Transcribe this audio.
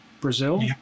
Brazil